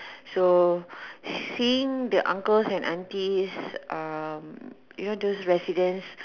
so seeing the uncles and aunties um you know those residents